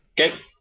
Okay